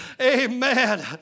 amen